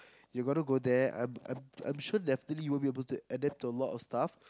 you got to go there I'm I'm I'm sure definitely you won't be able to adapt to a lot of stuff